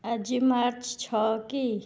ଆଜି ମାର୍ଚ୍ଚ ଛଅ କି